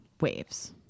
waves